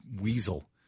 weasel